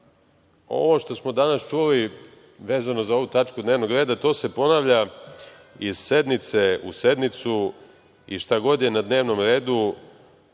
što smo danas čuli vezano za ovu tačku dnevnog reda, to se ponavlja iz sednice u sednicu i šta god je na dnevnom redu,